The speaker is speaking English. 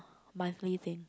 monthly thing